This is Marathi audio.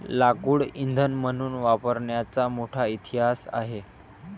लाकूड इंधन म्हणून वापरण्याचा मोठा इतिहास आहे